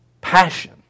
passion